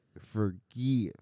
forgive